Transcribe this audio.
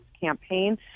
campaign